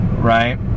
right